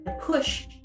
push